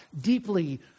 deeply